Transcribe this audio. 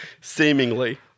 Seemingly